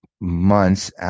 months